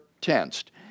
tensed